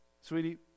sweetie